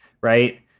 Right